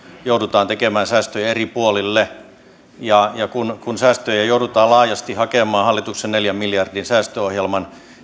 joudumme tekemään säästöjä eri puolille mutta kun säästöjä joudutaan laajasti hakemaan hallituksen neljän miljardin säästöohjelman